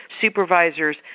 supervisors